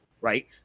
right